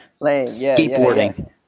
skateboarding